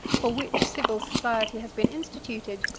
for which civil society has been instituted,